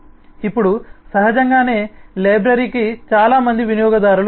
ఇప్పుడు సహజంగానే లైబ్రరీకి చాలా మంది వినియోగదారులు ఉంటారు